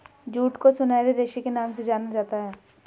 jute को सुनहरे रेशे के नाम से जाना जाता है